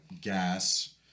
gas